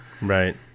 right